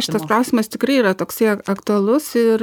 šitas klausimas tikrai yra toksai aktualus ir